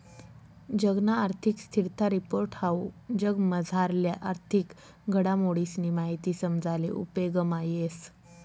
जगना आर्थिक स्थिरता रिपोर्ट हाऊ जगमझारल्या आर्थिक घडामोडीसनी माहिती समजाले उपेगमा येस